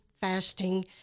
fasting